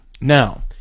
Now